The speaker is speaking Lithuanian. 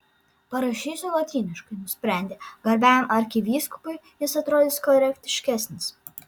parašysiu lotyniškai nusprendė garbiajam arkivyskupui jis atrodys korektiškesnis